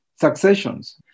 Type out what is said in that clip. successions